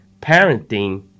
parenting